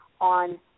on